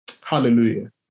Hallelujah